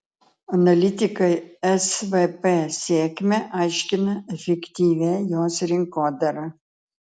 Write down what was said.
analitikai svp sėkmę aiškina efektyvia jos rinkodara